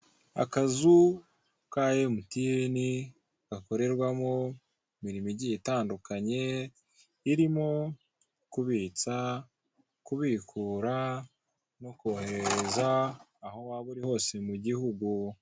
Akazu ka emutiyeni gakorerwamo imirimo igiye itandukanye irimo kubitsa, kubikura no kohereza, aho waba uri hose mu gihugu.